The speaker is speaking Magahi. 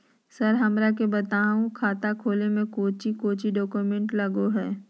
सर हमरा के बताएं खाता खोले में कोच्चि कोच्चि डॉक्यूमेंट लगो है?